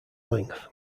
length